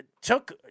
took